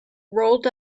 rolled